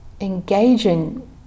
engaging